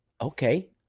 Okay